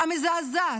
המזעזעת,